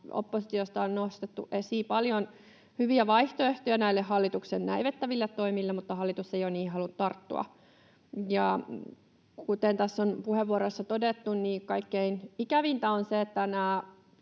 Oppositiosta on nostettu esiin paljon hyviä vaihtoehtoja näille hallituksen näivettäville toimille, mutta hallitus ei ole niihin halunnut tarttua. Kuten tässä on puheenvuoroissa todettu, kaikkein ikävintä on se, että